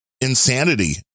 insanity